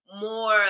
more